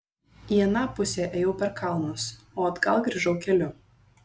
į aną pusę ėjau per kalnus o atgal grįžau keliu